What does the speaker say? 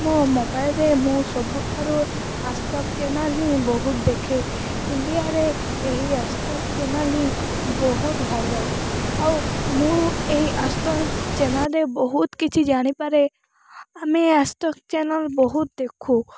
ମୋ ମୋବାଇଲ୍ରେ ମୁଁ ସବୁଠାରୁ ଆଜ୍ ତକ ଚ୍ୟାନେଲ୍ ହିଁ ବହୁତ ଦେଖେ ଇଣ୍ଡିଆରେ ଏହି ଆଜ୍ ତକ୍ ଚ୍ୟାନେଲ୍ ହିଁ ବହୁତ ଭାଇରାଲ୍ ଆଉ ମୁଁ ଏହି ଆଜ୍ ତକ୍ ଚ୍ୟାନେଲ୍ରେ ବହୁତ କିଛି ଜାଣିପାରେ ଆମେ ଆଜ୍ ତକ୍ ଚ୍ୟାନେଲ୍ ବହୁତ ଦେଖୁ